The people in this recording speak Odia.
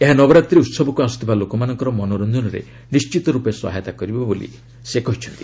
ଏହା ନବରାତ୍ରୀ ଉତ୍ସବକୁ ଆସୁଥିବା ଲୋକମାନଙ୍କ ମନୋରଞ୍ଜନରେ ନିଣ୍ଠିତ ରୂପେ ସହାୟତା କରିବ ବୋଲି ସେ କହିଛନ୍ତି